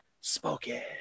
spoken